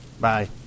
Bye